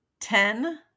Ten